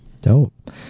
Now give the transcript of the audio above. dope